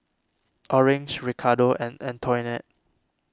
Orange Ricardo and Antoinette